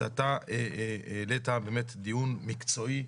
כשאתה העלית באמת דיון מקצועי,